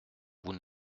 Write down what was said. vous